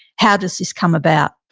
how does this come about?